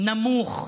נמוך,